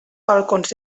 balcons